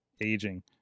Aging